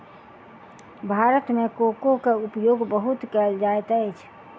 भारत मे कोको के उपयोग बहुत कयल जाइत अछि